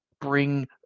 bring